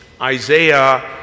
Isaiah